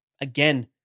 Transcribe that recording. again